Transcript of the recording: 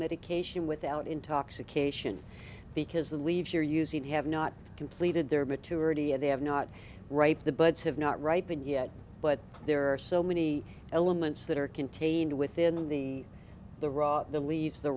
medication without intoxication because the leaves you're using have not completed their maturity and they have not ripe the buds have not ripened yet but there are so many elements that are contained within the the raw the leaves the